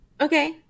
Okay